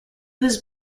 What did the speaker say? was